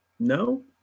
no